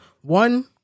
one